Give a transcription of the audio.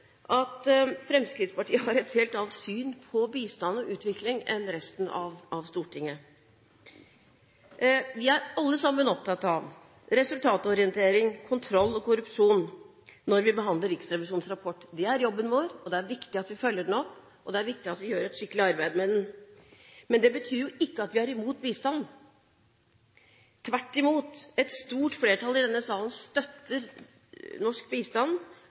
at Fremskrittspartiet har et helt annet syn på bistand og utvikling enn resten av Stortinget. Vi er alle sammen opptatt av resultatorientering, kontroll og korrupsjon når vi behandler Riksrevisjonens rapport. Det er jobben vår, det er viktig at vi følger den opp og det er viktig at vi gjør et skikkelig arbeid med den. Men det betyr jo ikke at vi er mot bistand. Tvert imot, et stort flertall i denne salen støtter norsk bistand